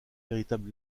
véritable